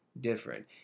different